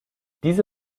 diese